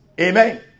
amen